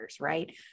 right